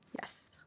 Yes